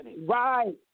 Right